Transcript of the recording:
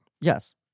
Yes